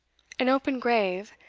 an open grave,